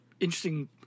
interesting